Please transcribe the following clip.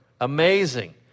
amazing